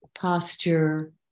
posture